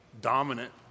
dominant